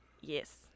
Yes